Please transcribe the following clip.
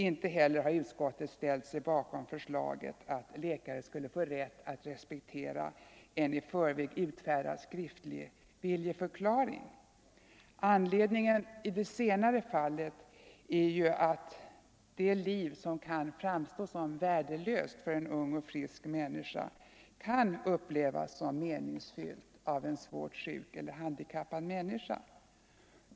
Inte heller har utskottet ställt sig bakom förslaget att läkare skulle få rätt att respektera en i förväg utfärdad skriftlig viljeförklaring. Anledningen i det senare fallet är att det liv som kan framstå som värdelöst för en ung och frisk människa kan upplevas som meningsfyllt av en svårt sjuk eller handikappad människa.